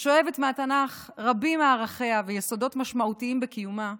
השואבת מהתנ"ך רבים מערכיה ויסודות משמעותיים בקיומה,